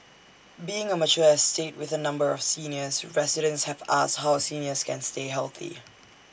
being A mature estate with A number of seniors residents have asked how seniors can stay healthy